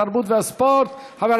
התרבות והספורט להכנתה לקריאה ראשונה.